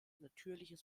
natürliches